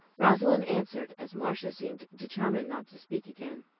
rosalind answered, as marcia seemed determined not to speak again.